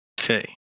Okay